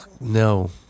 No